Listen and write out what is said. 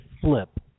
flip